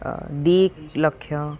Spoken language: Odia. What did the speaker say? ଦୁଇ ଲକ୍ଷ